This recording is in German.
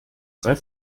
drei